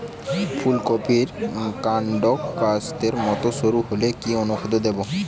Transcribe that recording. ফুলকপির কান্ড কাস্তের মত সরু হলে কি অনুখাদ্য দেবো?